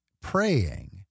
praying